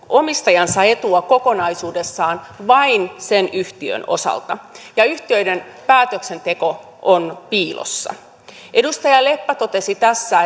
omistajansa etua kokonaisuudessaan vain sen yhtiön osalta ja yhtiöiden päätöksenteko on piilossa edustaja leppä totesi tässä